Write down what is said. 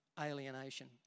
alienation